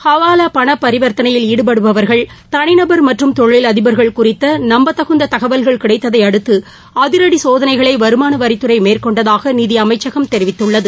ஹவாலா பண பரிவர்த்தனையில் ஈடுபடுபவர்கள் தனிநபர் மற்றும் தொழிலதிபர்கள் குறித்த நம்பகத்தகுந்த தகவல்கள் கிடைத்ததை அடுத்து அதிரடி சோதனைகளை வருமான வரித்துறை மேற்கொண்டதாக நிதி அமைச்சகம் தெரிவித்துள்ளது